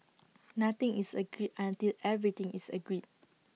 nothing is agreed until everything is agreed